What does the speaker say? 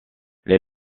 les